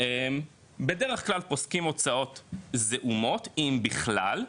בדרך כלל, פוסקים הוצאות זעומות, אם בכלל,